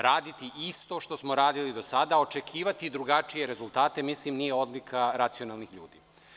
Raditi isto što smo radili do sada, očekivati drugačije rezultate, mislim da nije odlika racionalnih ljudi.